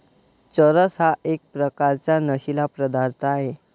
चरस हा एक प्रकारचा नशीला पदार्थ आहे